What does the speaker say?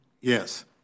Yes